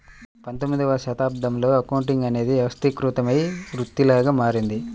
పంతొమ్మిదవ శతాబ్దంలో అకౌంటింగ్ అనేది వ్యవస్థీకృతమైన వృత్తిలాగా మారింది